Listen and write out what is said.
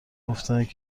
گفتند